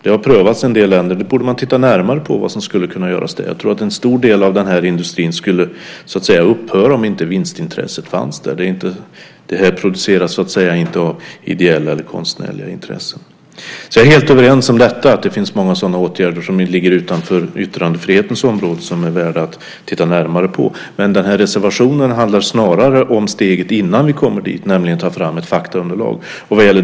Det har prövats i en del länder, och man borde titta närmare på vad som kan göras när det gäller det. Jag tror att en stor del av porrindustrin skulle upphöra om inte vinstintresset finns där. Sådant här material produceras ju inte av ideella eller konstnärliga intressen. Vi är helt överens om att det finns många sådana åtgärder som ligger utanför yttrandefrihetens område som är värda att se närmare på. Men reservationen handlar snarast om steget innan vi kommer dit, nämligen om att ta fram ett faktaunderlag.